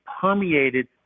permeated